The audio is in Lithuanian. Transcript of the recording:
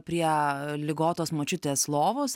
prie ligotos močiutės lovos